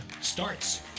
starts